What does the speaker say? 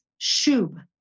shub